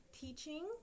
teaching